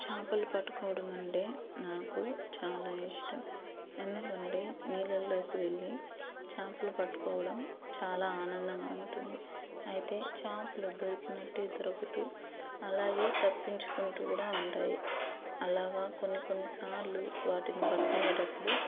చాపలు పట్టుకోవడం అంటే నాకు చాలా ఇష్టం ఎందుకంటే నీళ్లలోకు వెళ్ళి చాపలు పట్టుకోవడం చాలా ఆనందంగా ఉంటుంది అయితే చాపలు దొరికినట్టే దొరుకుతూ అలాగే తప్పించుకుంటూ కూడా ఉంటాయి అలాగా కొన్ని కొన్ని సార్లు వాటిని పట్టుకునేటప్పుడు